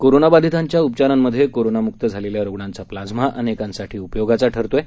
कोरोनाबाधितांच्या उपचारांमधे कोरोनामुक्त झालेल्या रुग्णांचा प्लाझ्मा अनेकांसाठी उपयोगाचा ठरत आहे